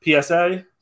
PSA